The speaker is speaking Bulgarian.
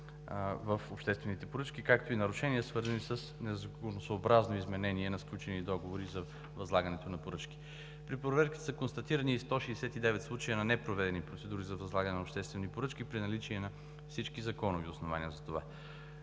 в обществените поръчки, както и нарушения, свързани с незаконосъобразно изменение на сключени договори за възлагането на поръчки. При проверките са констатирани 169 случая на непроведени процедури за възлагане на обществени поръчки при наличие на всички законови основания за това.